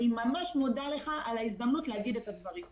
אני ממש מודה לך על ההזדמנות להגיד את הדברים.